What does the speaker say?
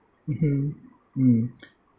mmhmm mm